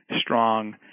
strong